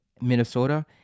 Minnesota